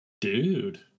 Dude